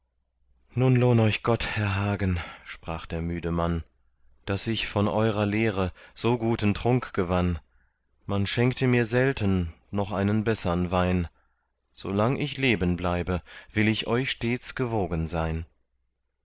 nun lohn euch gott herr hagen sprach der müde mann daß ich von eurer lehre so guten trunk gewann man schenkte mir selten noch einen bessern wein so lang ich leben bleibe will ich euch stets gewogen sein